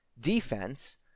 defense